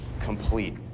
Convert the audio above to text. complete